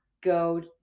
go